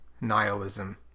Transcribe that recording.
nihilism